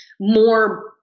more